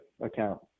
account